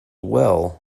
well